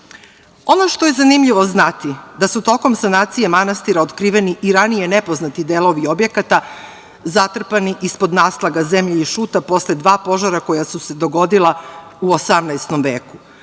što je zanimljivo znati jeste da su tokom sanacije manastira otkriveni i ranije nepoznati delovi objekata zatrpani ispod naslaga zemlje i šuta posle dva požara koja su se dogodila u 18. veku.